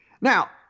Now –